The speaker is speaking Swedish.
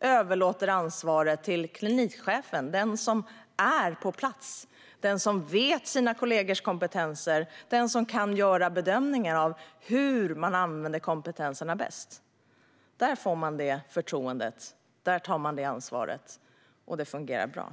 överlåter ansvaret till klinikchefen - den som är på plats, den som känner till sina kollegors kompetenser och den som kan göra bedömningar av hur man använder kompetenserna bäst. Där får man detta förtroende, och där tar man detta ansvar. Det fungerar bra.